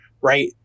right